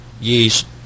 yeast